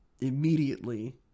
Immediately